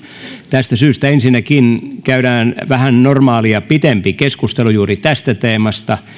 tästä syystä ensinnäkin käydään vähän normaalia pitempi keskustelu juuri tästä teemasta